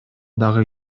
дагы